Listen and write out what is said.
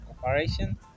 cooperation